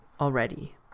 already